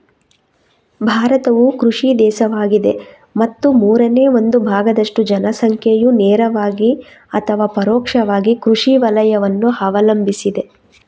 ಭಾರತವು ಕೃಷಿ ದೇಶವಾಗಿದೆ ಮತ್ತು ಮೂರನೇ ಒಂದು ಭಾಗದಷ್ಟು ಜನಸಂಖ್ಯೆಯು ನೇರವಾಗಿ ಅಥವಾ ಪರೋಕ್ಷವಾಗಿ ಕೃಷಿ ವಲಯವನ್ನು ಅವಲಂಬಿಸಿದೆ